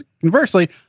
Conversely